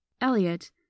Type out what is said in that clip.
Elliot